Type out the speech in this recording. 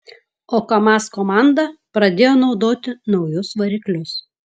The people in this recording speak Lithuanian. o kamaz komanda pradėjo naudoti naujus variklius